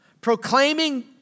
proclaiming